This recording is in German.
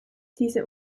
diese